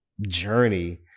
journey